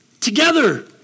Together